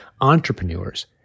entrepreneurs